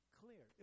clear